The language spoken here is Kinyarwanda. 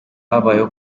habayeho